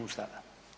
Ustava.